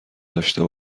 داشته